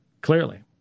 Clearly